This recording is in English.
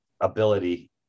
ability